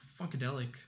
Funkadelic